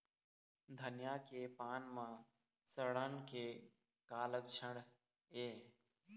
धनिया के पान म सड़न के का लक्षण ये?